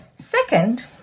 Second